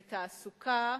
לתעסוקה.